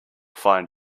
find